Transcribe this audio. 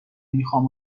میخام